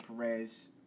Perez